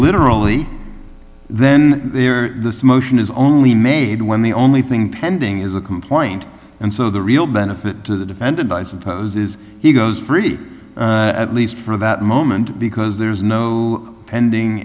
literally then this motion is only made when the only thing pending is a complaint and so the real benefit to the defended by suppose is he goes free at least for that moment because there's no pending